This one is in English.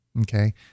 Okay